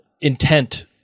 intent